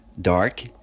dark